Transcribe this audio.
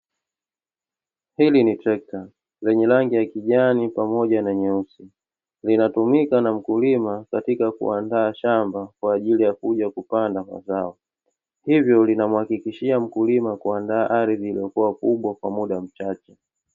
Hili ni trekta lenye rangi ya kijani pamoja na nyeusi, linatumika na mkulima katika kuandaa shamba kwa ajili ya kuja kupanda mazao. Hivyo linamuhakikishia mkulima kuandaa ardhi iliyokua kubwa pamoja kwa muda mchache.